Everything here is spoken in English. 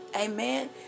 Amen